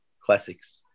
classics